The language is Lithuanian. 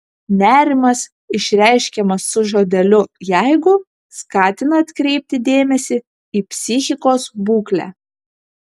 nerimas išreiškiamas su žodeliu jeigu skatina atkreipti dėmesį į psichikos būklę